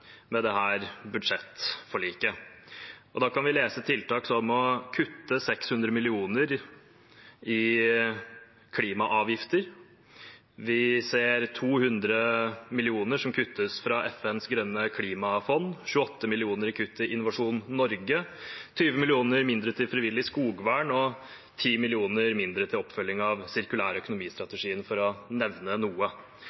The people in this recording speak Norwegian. med dette budsjettforliket. Da kan vi lese om tiltak som å kutte 600 mill. kr i klimaavgifter. Vi ser 200 mill. kr som kuttes fra FNs grønne klimafond, 28 mill. kr i kutt til Innovasjon Norge, 20 mill. kr mindre til frivillig skogvern og 10 mill. kr mindre til oppfølging av